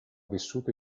vissuto